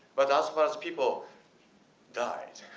but as well as people died,